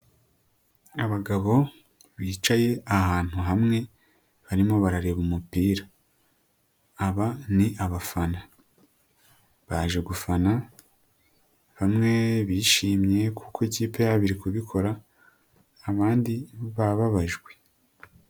Abagabo bicaye ahantu hamwe barimo barareba umupira. Aba ni abafana baje gufana bamwe bishimye kuko ikipe yabo iri kubikora abandi bababajwe.